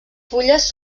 fulles